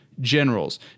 generals